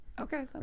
Okay